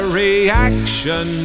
reaction